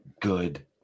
good